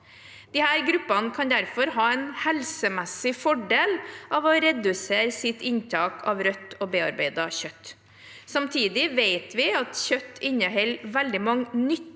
Disse gruppene kan derfor ha en helsemessig fordel av å redusere sitt inntak av rødt og bearbeidet kjøtt. Samtidig vet vi at kjøtt inneholder veldig mange nyttige